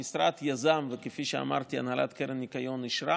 המשרד יזם, וכפי שאמרתי, הנהלת קרן הניקיון אישרה